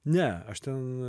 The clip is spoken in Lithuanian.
ne aš ten